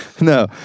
No